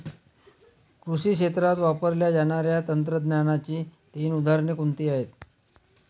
कृषी क्षेत्रात वापरल्या जाणाऱ्या तंत्रज्ञानाची तीन उदाहरणे कोणती आहेत?